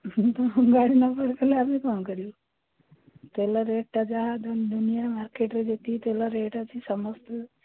ଆମେ କ'ଣ କରିବୁ ତେଲ ରେଟ୍ଟା ଯାହା ଦୁନିଆ ମାର୍କେଟରେ ଯେତିକି ତେଲ ରେଟ୍ ଅଛି ସମସ୍ତେ